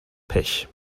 pech